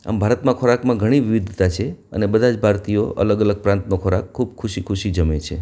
આમ ભારતમાં ખોરાકમાં ઘણી વિવિધતા છે અને બધા જ ભારતીઓ અલગ અલગ પ્રાંતનો ખોરાક ખૂબ ખુશી ખુશી જમે છે